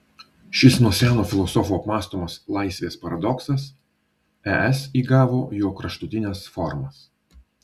šis nuo seno filosofų apmąstomas laisvės paradoksas es įgavo jo kraštutines formas